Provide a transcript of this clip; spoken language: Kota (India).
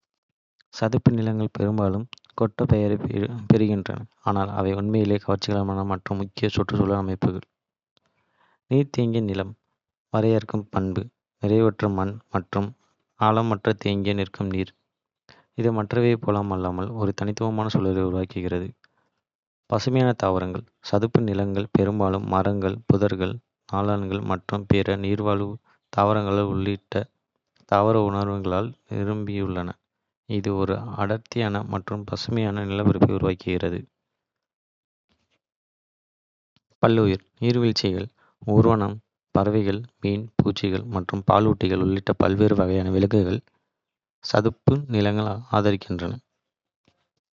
சதுப்பு நிலங்கள் பெரும்பாலும் கெட்ட பெயரைப் பெறுகின்றன, ஆனால் அவை உண்மையில் கவர்ச்சிகரமான மற்றும் முக்கியமான சுற்றுச்சூழல் அமைப்புகள். நான் அவர்களுடன் தொடர்புபடுத்துவது இங்கே. நீர் தேங்கிய நிலம்: வரையறுக்கும் பண்பு நிறைவுற்ற மண் மற்றும் ஆழமற்ற, தேங்கி நிற்கும் நீர். இது மற்றவற்றைப் போலல்லாமல் ஒரு தனித்துவமான சூழலை உருவாக்குகிறது. பசுமையான தாவரங்கள் சதுப்பு நிலங்கள் பெரும்பாலும் மரங்கள், புதர்கள், நாணல்கள் மற்றும் பிற நீர்வாழ் தாவரங்கள் உள்ளிட்ட தாவர உயிர்களால் நிரம்பியுள்ளன. இது ஒரு அடர்த்தியான மற்றும் பசுமையான. நிலப்பரப்பை உருவாக்குகிறது. பல்லுயிர் நீர்வீழ்ச்சிகள், ஊர்வன, பறவைகள், மீன், பூச்சிகள் மற்றும் பாலூட்டிகள் உள்ளிட்ட பல்வேறு வகையான விலங்குகளை சதுப்பு நிலங்கள் ஆதரிக்கின்றன. அவை பல்லுயிர் பெருக்கத்தின் ஹாட்ஸ்பாட்கள்.